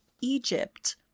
egypt